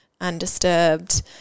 undisturbed